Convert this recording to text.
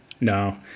No